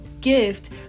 gift